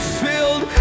filled